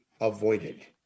avoided